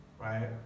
right